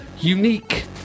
unique